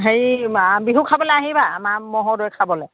হেৰি বিহু খাবলৈ আহিবা আমাৰ ম'হৰ দৈ খাবলৈ